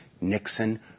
Nixon